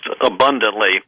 abundantly